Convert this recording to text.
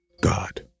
God